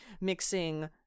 mixing